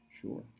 Sure